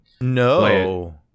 no